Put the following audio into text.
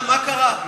מה קרה?